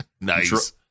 Nice